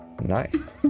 Nice